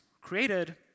created